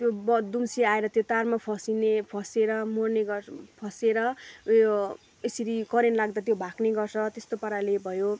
त्यो बँ दुम्सी आएर त्यो तारमा फसिँने फसिँएर मर्ने गर्छ फसिँएर उयो यसरी करेन्ट लाग्दा त्यो भाग्ने गर्छ त्यस्तो पाराले भयो